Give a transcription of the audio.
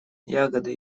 ягоды